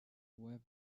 web